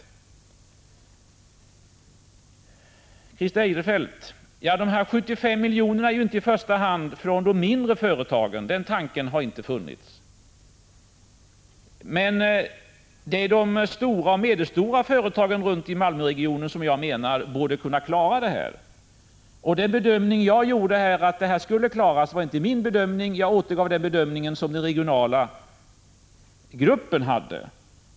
Till Christer Eirefelt vill jag säga att de här 75 miljonerna ju inte i första hand tas från de mindre företagen — den tanken har inte funnits. Men jag menar att det är de stora och medelstora företagen i Malmöregionen som borde kunna klara detta. Bedömningen att det skulle klaras var inte min bedömning; jag återgav den bedömning som den regionala gruppen hade gjort.